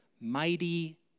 mighty